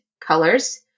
colors